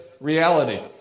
reality